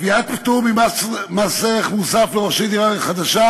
"קביעת פטור ממס ערך מוסף לרוכשי דירה ראשונה חדשה